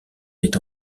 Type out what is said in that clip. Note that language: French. n’est